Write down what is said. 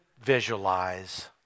visualize